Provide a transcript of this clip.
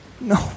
no